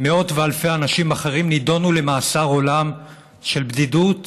מאות ואלפי אנשים אחרים נידונו למאסר עולם של בדידות,